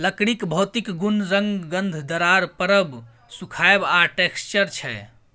लकड़ीक भौतिक गुण रंग, गंध, दरार परब, सुखाएब आ टैक्सचर छै